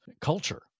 culture